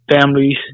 families